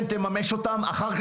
אין לזה שום --- זו חוצפה.